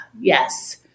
yes